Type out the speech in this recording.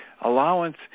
allowance